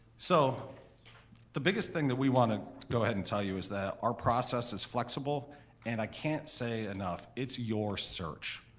so the biggest thing that we want to go ahead and tell you is that our process is flexible and i can't say enough, it's your search,